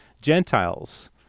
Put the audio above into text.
Gentiles